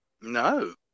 No